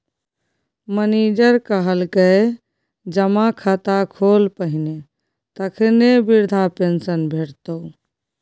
manager कहलकै जमा खाता खोल पहिने तखने बिरधा पेंशन भेटितौ